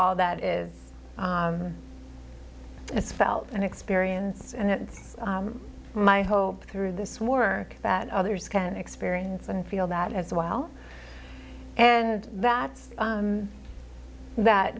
all that is it's felt and experience and it's my hope through this work that others can experience and feel that as well and that's that